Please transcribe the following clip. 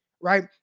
right